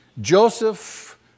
Joseph